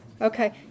Okay